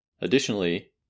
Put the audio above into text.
Additionally